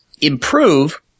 improve